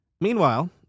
Meanwhile